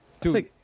dude